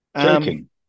Joking